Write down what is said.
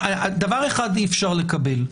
דבר אחד אי אפשר לקבל,